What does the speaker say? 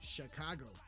Chicago